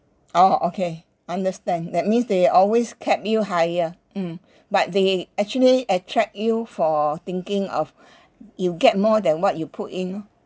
orh okay understand that means they always kept you higher mm but they actually attract you for thinking of you get more than what you put in